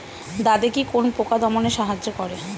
দাদেকি কোন পোকা দমনে সাহায্য করে?